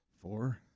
four